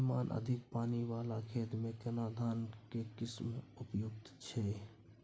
श्रीमान अधिक पानी वाला खेत में केना धान के किस्म उपयुक्त छैय?